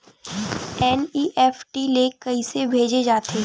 NEFT ले कइसे भेजे जाथे?